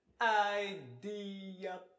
Idea